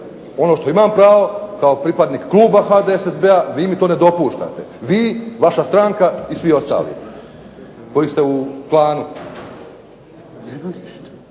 ono što imam pravo kao pripadnik kluba HDSSB-a vi mi to ne dopuštate. Vi, vaša stranka i svi ostali koji ste u klanu.